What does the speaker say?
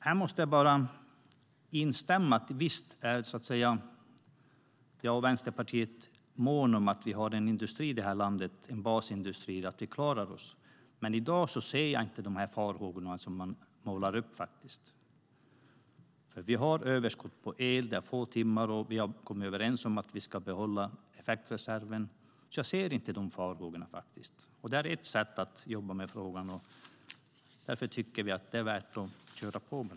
Jag vill bara instämma i att jag och Vänsterpartiet är måna om att det finns en basindustri i det här landet så att vi klarar oss. Men i dag ser jag inte de farhågor som målas upp. Vi har överskott på el. Det förbrukas få timmar. Vi har kommit överens om att vi ska behålla effektreserven, så jag delar inte de farhågorna. Detta är ett sätt att jobba med dessa frågor. Därför tycker vi att det är värt att fortsätta.